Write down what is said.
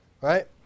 right